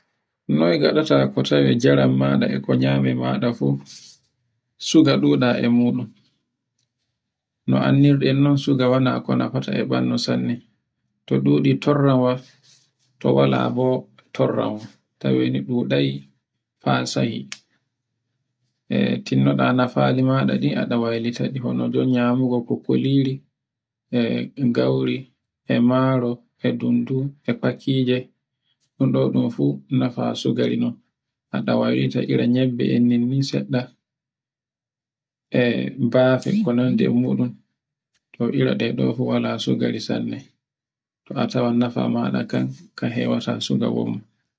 Noy gaɗata ko tawe njaran maɗa e ko nyame fu suga ɗuɗe e muɗum. No anndiri ɗun non suga wana ko nefata e ɓandu sanne to ɗuɗi torrawa to wala totorrawa ta weni ɗuɗai fa sahi. E tinnama nafaji maɗa ɗi aɗi waylitayɗi hono, nyamugo ko kuliri e gauri, e maro, e dundu, ɓakkije o ɗo ɗun fu no faso gari non aɗa waylite ire nyebbe, e ninni seɗɗa, e bafe ko nandi e muɗum, e ɗo ɗu fu wala sugare sanne, to tawan nafamaɗa kan ke hewata suga wom.